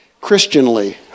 Christianly